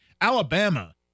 Alabama